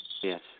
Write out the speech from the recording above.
Yes